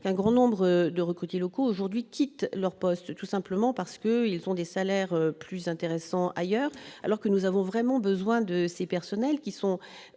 grand nombre de recrutés locaux quittent leur poste, tout simplement parce qu'ils perçoivent des salaires plus intéressants ailleurs, alors que nous avons vraiment besoin de ces personnels bilingues,